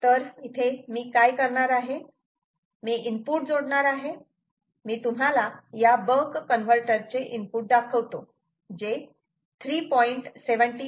तर मी काय करणार आहे मी इनपुट जोडणार आहे मी तुम्हाला या बक कन्व्हर्टरचे इनपूट दाखवतो जे 3